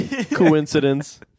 Coincidence